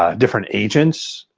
ah different agents.